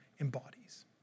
embodies